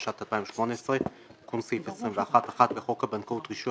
התשע"ט 2018 תיקון סעיף 21 1. בחוק הבנקאות (רישוי),